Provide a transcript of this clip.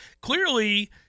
Clearly